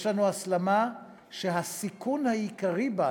יש לנו הסלמה שהסיכון העיקרי בה,